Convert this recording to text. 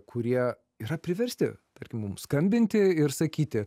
kurie yra priversti tarkim mums skambinti ir sakyti